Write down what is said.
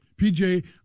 PJ